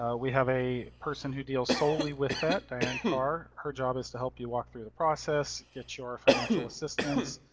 ah we have a person who deals solely with that. diane carr, her job is to help you walk through the process, get your financial assistance,